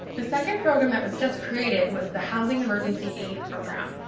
the second program that was just created was the housing emergency aid program.